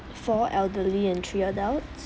four elderly and three adults